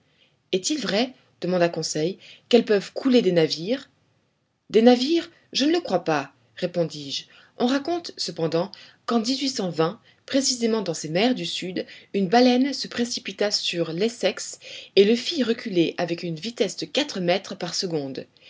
est-il vrai demanda conseil qu'elles peuvent couler des navires des navires je ne le crois pas répondis-je on raconte cependant qu'en précisément dans ces mers du sud une baleine se précipita sur l'essex et le fit reculer avec une vitesse de quatre mètres par seconde